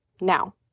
Now